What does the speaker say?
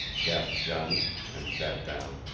gasped johnny, and sat down.